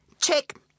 Check